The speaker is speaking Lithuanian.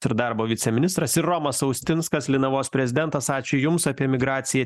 ir darbo viceministras ir romas austinskas linavos prezidentas ačiū jums apie emigraciją